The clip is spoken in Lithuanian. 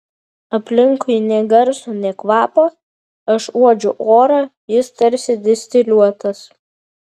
aplinkui nė garso nė kvapo aš uodžiu orą jis tarsi distiliuotas